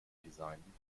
designen